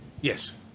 Yes